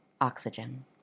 oxygen